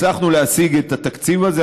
הצלחנו להשיג את התקציב הזה.